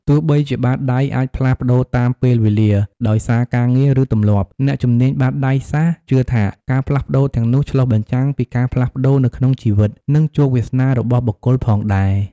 ទោះបីជាបាតដៃអាចផ្លាស់ប្តូរតាមពេលវេលា ដោយសារការងារ ឬទម្លាប់ អ្នកជំនាញបាតដៃសាស្រ្តជឿថា ការផ្លាស់ប្តូរទាំងនោះឆ្លុះបញ្ចាំងពីការផ្លាស់ប្តូរនៅក្នុងជីវិត និងជោគវាសនារបស់បុគ្គលផងដែរ។